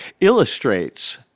illustrates